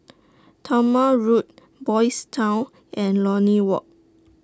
Talma Road Boys' Town and Lornie Walk